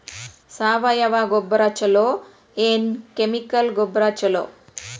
ಸಾವಯವ ಗೊಬ್ಬರ ಛಲೋ ಏನ್ ಕೆಮಿಕಲ್ ಗೊಬ್ಬರ ಛಲೋ?